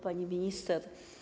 Pani Minister!